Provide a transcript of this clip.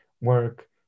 work